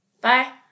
Bye